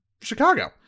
Chicago